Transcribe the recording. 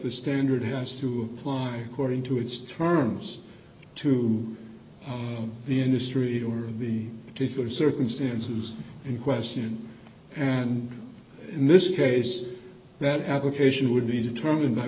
the standard has to apply for in to its terms to the industry or the particular circumstances in question and in this case that application would be determined by